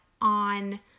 on